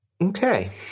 Okay